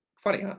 funny, huh?